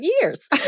years